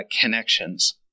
connections